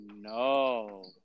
no